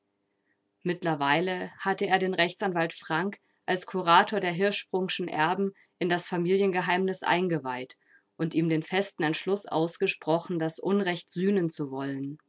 mittlerweile hatte er den rechtsanwalt frank als kurator der hirschsprungschen erben in das familiengeheimnis eingeweiht und ihm den festen entschluß ausgesprochen das unrecht sühnen zu wollen